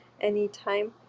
anytime